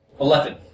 Eleven